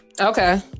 okay